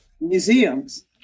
museums